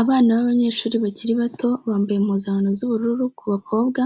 Abana b'abanyeshuri bakiri bato bambaye impuzankano z'ubururu ku bakobwa